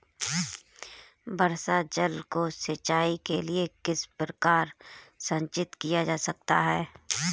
वर्षा जल को सिंचाई के लिए किस प्रकार संचित किया जा सकता है?